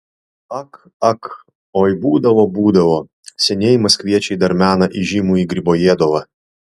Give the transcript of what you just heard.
ak ak oi būdavo būdavo senieji maskviečiai dar mena įžymųjį gribojedovą